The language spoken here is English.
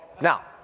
now